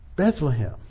Bethlehem